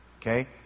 Okay